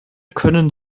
können